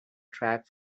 track